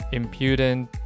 impudent